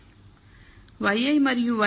yi మరియు ŷi మధ్య దూరం